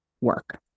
work